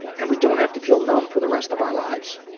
and we don't have to feel numb for the rest of our lives.